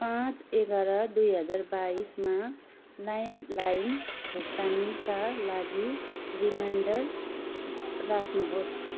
पाँच एघार दुई हजार बाइसमा लाइन लाइन भुक्तानीका लागि रिमाइन्डर राख्नुहोस्